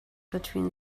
between